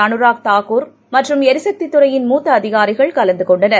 அனுராக் தாக்கூர் மற்றும் ளிசக்திதுறையின் மூத்தஅதிகாரிகள் கலந்துகொண்டனர்